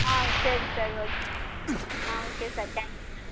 ஆ சரி sir okay sir ஆ okay sir thank you sir